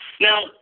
Now